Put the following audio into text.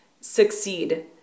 succeed